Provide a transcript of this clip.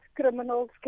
criminals